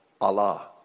Allah